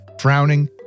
frowning